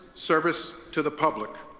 service to the public.